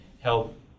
help